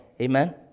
Amen